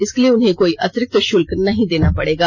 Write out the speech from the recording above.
इसके लिए उन्हें कोई अतिरिक्त शुल्क नहीं देना पड़ेगा